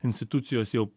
institucijos jau